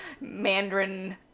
Mandarin